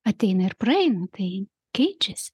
ateina ir praeina tai keičias